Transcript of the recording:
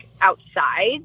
outside